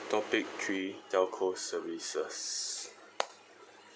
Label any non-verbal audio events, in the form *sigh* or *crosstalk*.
topic three telco services *noise*